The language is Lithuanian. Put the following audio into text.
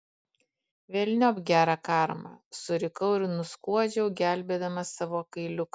velniop gerą karmą surikau ir nuskuodžiau gelbėdama savo kailiuką